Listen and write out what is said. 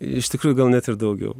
iš tikrųjų gal net ir daugiau